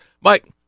Mike